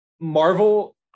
Marvel